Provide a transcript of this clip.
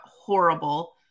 horrible